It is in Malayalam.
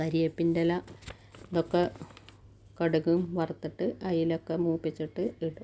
കരിയേപ്പിൻറ്റെല ഇതൊക്കെ കടുകും വറത്തിട്ട് അതിലേക്ക് മൂപ്പിച്ചിട്ട് ഇടും